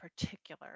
particular